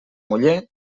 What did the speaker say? muller